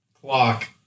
clock